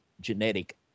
genetic